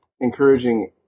Encouraging